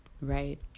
right